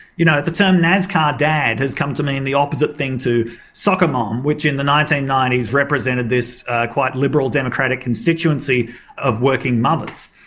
you know the term nascar dad has come to mean the opposite thing to soccer mum which in the nineteen ninety s represented this quite liberal democratic constituency of working mothers,